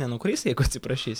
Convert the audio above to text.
nenukris jeigu atsiprašys